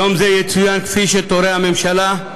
יום זה יצוין כפי שתורה הממשלה,